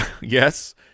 yes